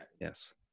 Yes